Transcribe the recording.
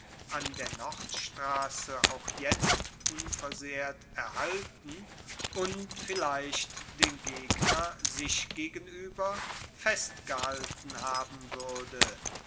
an der nordstrasse auch jetzt unversehrt erhalten und vielleicht den gegner sich gegenueber festgehalten haben wuerde